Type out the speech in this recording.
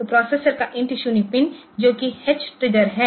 तो प्रोसेसर का INT 0 pin जो कि एच ट्रिगर है